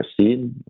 seen